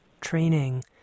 training